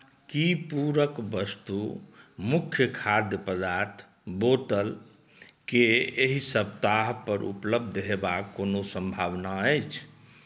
की पूरक वस्तु मुख्य खाद्य पदार्थ बोतलके एहि सप्ताह पर उपलब्ध हेबाक कोनो संभावना अछि